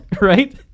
right